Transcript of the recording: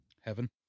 heaven